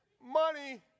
Money